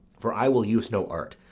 for i will use no art.